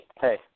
hey